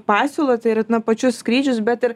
pasiūlą tai yra na pačius skrydžius bet ir